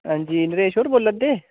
हां जी नरेश होर बोल्ला दे